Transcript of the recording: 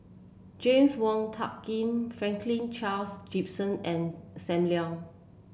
James Wong Tuck Yim Franklin Charles Gimson and Sam Leong